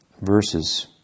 verses